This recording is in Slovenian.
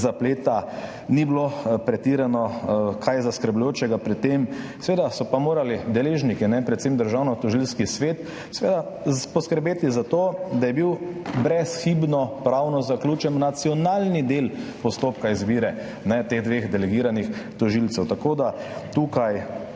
zapleta. Ni bilo česa pretirano zaskrbljujočega pri tem. Seveda so pa morali deležniki, predvsem Državnotožilski svet, poskrbeti za to, da je bil brezhibno pravno zaključen nacionalni del postopka izbire teh dveh delegiranih tožilcev. Tako da tukaj